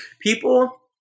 people